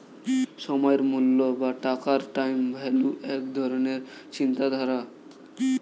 সময়ের মূল্য বা টাকার টাইম ভ্যালু এক ধরণের চিন্তাধারা